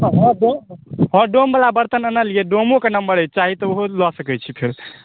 अहाँके हँ डोम वला बर्तन अनलिऐ डोमोके नंबर अछि चाही तऽ ओहो लए सकैत छी फेर